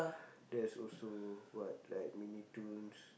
there's also what like Mini-Toons